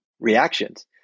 reactions